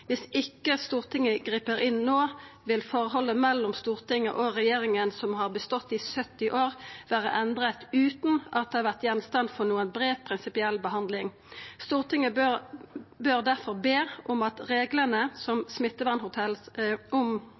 Hvis ikke Stortinget griper inn nå vil det forholdet mellom Stortinget og regjeringen i krisesituasjoner som har bestått i sytti år, være endret uten at det har vært gjenstand for noen bred prinsipiell behandling. Stortinget bør derfor be om at reglene om smittevernhotell som